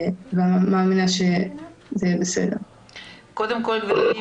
שבאמת לא יכולות לעמוד אולי בסדרי הגודל האלה.